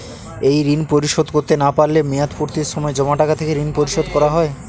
এই ঋণ পরিশোধ করতে না পারলে মেয়াদপূর্তির সময় জমা টাকা থেকে ঋণ পরিশোধ করা হয়?